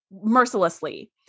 mercilessly